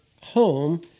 home